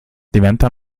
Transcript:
diventa